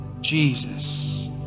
Jesus